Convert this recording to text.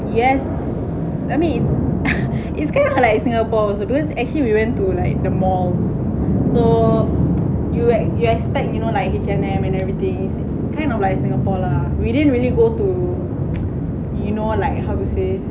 yes I mean its its kinda like singapore also because actually we went to like the mall so you ex~ you expect you know like H&M and everything its kind of like singapore lah we didn't really go to you know how like how to say